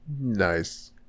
Nice